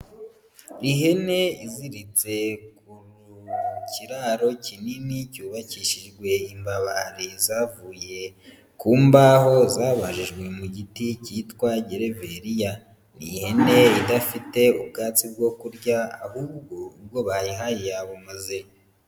Ihene iziritse ku kiraro kinini cyubakishijwe imbabari zavuye ku mbaho zabajijwe mu giti cyitwa gereveriya. Ni ihene idafite ubwatsi bwo kurya ahubwo ubwo bayihaye yabumaze.